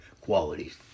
qualities